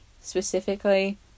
specifically